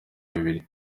bibiri